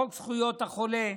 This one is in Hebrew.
חוק זכויות החולה,